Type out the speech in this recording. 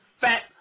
fat